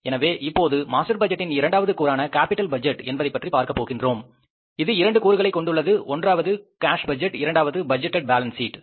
எனவே இப்போது மாஸ்டர் பட்ஜெட்டின் இரண்டாவது கூறான கேப்பிட்டல் பட்ஜெட் என்பதை பற்றி பார்க்கப் போகின்றோம் இது இரண்டு கூறுகளைக் கொண்டுள்ளது ஒன்றாவது காஸ் பட்ஜெட் இரண்டாவது பட்ஜெட்டடு பேலன்ஸ் ஷீட்